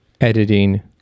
editing